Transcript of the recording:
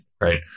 Right